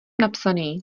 napsaný